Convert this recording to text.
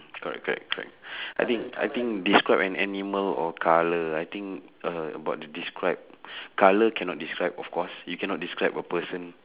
correct correct correct I think I think describe an animal or colour I think uh about the describe colour cannot describe of course you cannot describe a person